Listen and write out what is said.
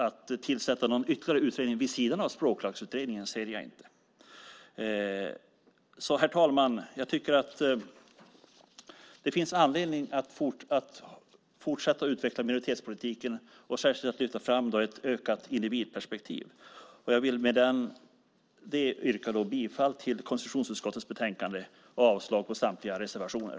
Att tillsätta någon ytterligare utredning vid sidan av Språklagsutredningen ser jag inte som nödvändigt. Herr talman! Det finns anledning att fortsätta att utveckla minoritetspolitiken och särskilt att ta fram ett ökat individperspektiv. Jag yrkar bifall till förslaget i konstitutionsutskottets betänkande och avslag på samtliga reservationer.